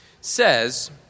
says